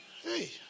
Hey